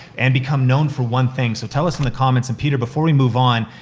and become known for one thing. so, tell us in the comments, and peter, before we move on,